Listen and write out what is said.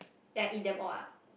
then I eat them all up